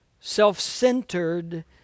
self-centered